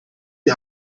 die